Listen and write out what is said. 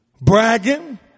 bragging